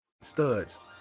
Studs